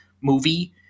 movie